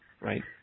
Right